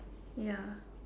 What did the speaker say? ya